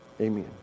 Amen